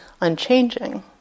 unchanging